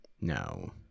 No